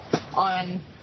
on